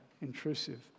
intrusive